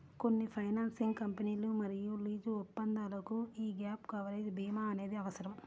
కొన్ని ఫైనాన్సింగ్ కంపెనీలు మరియు లీజు ఒప్పందాలకు యీ గ్యాప్ కవరేజ్ భీమా అనేది అవసరం